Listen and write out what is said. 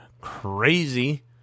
crazy